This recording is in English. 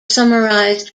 summarised